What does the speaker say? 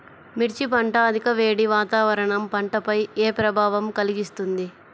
మిర్చి పంట అధిక వేడి వాతావరణం పంటపై ఏ ప్రభావం కలిగిస్తుంది?